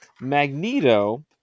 Magneto